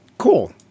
Cool